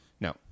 no